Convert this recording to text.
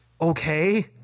Okay